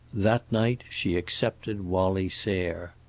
that night she accepted wallie sayre.